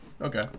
Okay